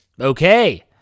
Okay